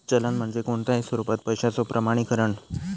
चलन म्हणजे कोणताही स्वरूपात पैशाचो प्रमाणीकरण